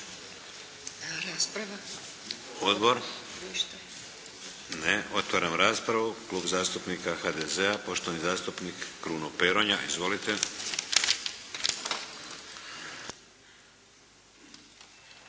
Hvala. Odbor? Ne. Otvaram raspravu. Klub zastupnika HDZ-a, poštovani zastupnik Kruno Peronja. Izvolite!